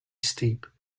steep